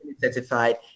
certified